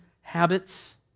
habits